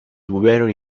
very